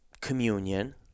Communion